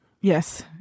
Yes